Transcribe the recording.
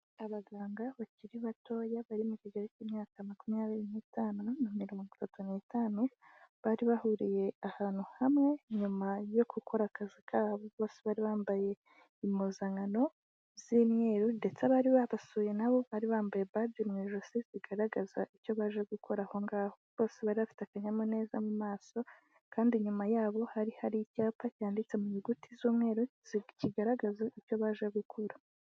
Abaganga bakiri batoya bari mu kigero cy'imyaka makumyabiri n'itanu na mirongo itatu n'itanu bari bahuriye ahantu hamwe nyuma yo gukora akazi kabo bose bari bambaye impuzankano z'imyeru ndetse abari babasuye nabo bari bambaye baje mu ijosi zigaragaza icyo baje gukora aho ngaho, bose bari bafite akanyamuneza mu maso kandi nyuma yabo hari hari icyapa cyanditse mu nyuguti z'umweru kigaragaza icyo baje gukora.